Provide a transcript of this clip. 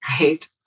right